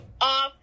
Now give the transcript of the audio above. off